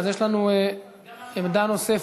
אז יש לנו עמדה נוספת.